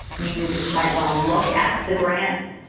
you might want to look at the grant